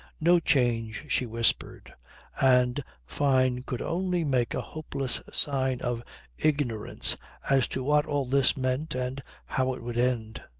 no change, she whispered and fyne could only make a hopeless sign of ignorance as to what all this meant and how it would end.